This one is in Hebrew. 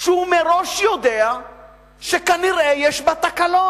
שהוא מראש יודע שכנראה יש בה תקלות?